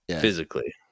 physically